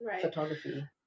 photography